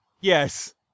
Yes